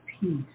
peace